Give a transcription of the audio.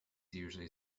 usually